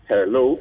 Hello